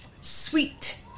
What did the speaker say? sweet